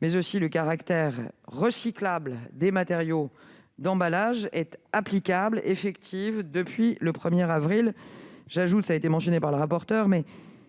mais aussi le caractère recyclable des matériaux d'emballage, est applicable et effective depuis le 1 avril dernier. Comme l'a indiqué le rapporteur,